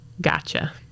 Gotcha